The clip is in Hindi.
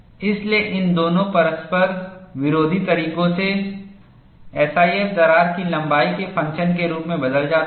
इसलिए इन दोनों परस्पर विरोधी तरीकों से SIF दरार की लंबाई के फंक्शन के रूप में बदल जाता है